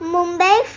Mumbai